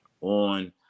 on